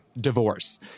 Divorce